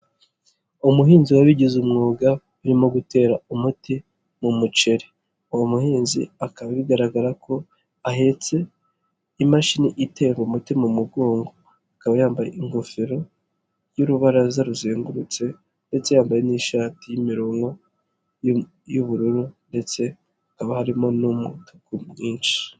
Umuhinzi wabigize umwuga urimo gutera umuti mu muceri, uwo muhinzi akaba bigaragara ko ahetse imashini itera umuti mu mugongo, akaba yambaye ingofero y'urubaraza ruzengurutse ndetse yambaye n'ishati y'imironko y'ubururu ndetse hakaba harimo n'umutuku mwinshi.